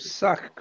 suck